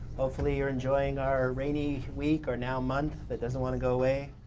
hopefully you're enjoying our rainy week or now month that doesn't want to go away.